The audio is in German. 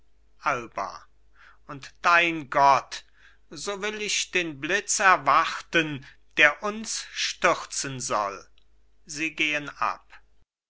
alba und dein gott so will ich den blitz erwarten der uns stürzen soll sie gehen ab